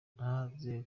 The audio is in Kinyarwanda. nanze